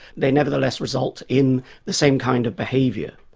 they nevertheless result in the same kind of behaviour.